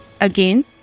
Again